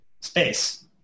space